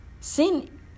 sin